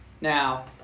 Now